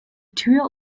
tür